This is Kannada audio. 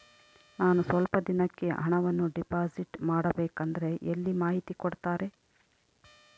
ನಾನು ಸ್ವಲ್ಪ ದಿನಕ್ಕೆ ಹಣವನ್ನು ಡಿಪಾಸಿಟ್ ಮಾಡಬೇಕಂದ್ರೆ ಎಲ್ಲಿ ಮಾಹಿತಿ ಕೊಡ್ತಾರೆ?